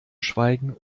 schweigen